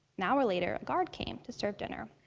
an hour later, a guard came to serve dinner.